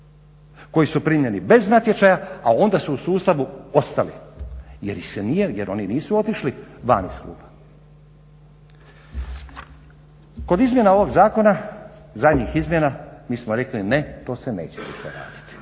koji su primljeni bez natječaja, a onda su u sustavu ostali jer ih se nije jer oni nisu otišli van iz kluba. Kod izmjena ovih zakona, zadnjih izmjena mi smo rekli ne, to se neće više raditi.